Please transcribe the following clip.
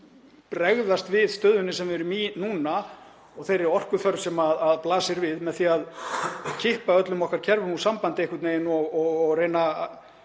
bregðast við stöðunni sem við erum í núna og þeirri orkuþörf sem blasir við með því að kippa öllum okkar kerfum úr sambandi og reyna að